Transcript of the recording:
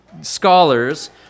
Scholars